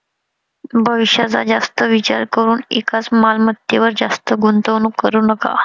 भविष्याचा जास्त विचार करून एकाच मालमत्तेवर जास्त गुंतवणूक करू नका